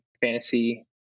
fantasy